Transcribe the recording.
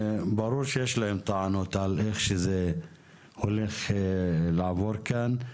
ברור שיש להם טענות על איך שזה הולך לעבור כאן.